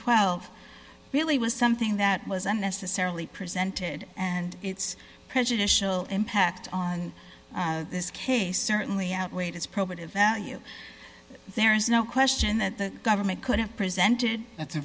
twelve really was something that was unnecessarily presented and its prejudicial impact on this case certainly outweighed its probative value there is no question that the government could have presented that's a